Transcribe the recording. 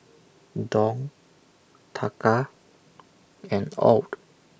Dong Taka and Aud